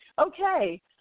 Okay